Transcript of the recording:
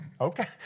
okay